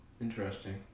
Interesting